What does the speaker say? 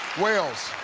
wells?